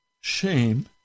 shame